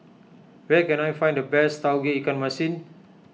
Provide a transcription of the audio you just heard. where can I find the best Tauge Ikan Masin